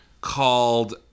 called